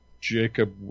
Jacob